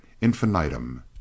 infinitum